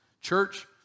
Church